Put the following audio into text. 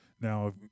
now